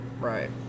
Right